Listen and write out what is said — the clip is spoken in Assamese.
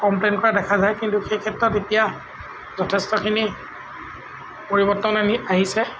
কমপ্লেইন কৰা দেখা যায় কিন্তু সেই ক্ষেত্ৰত এতিয়া যথেষ্টখিনি পৰিৱৰ্তন আহি আহিছে